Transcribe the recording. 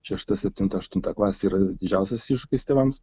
šešta septinta aštunta klasė yra didžiausias iššūkis tėvams